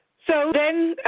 so, then,